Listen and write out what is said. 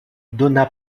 donna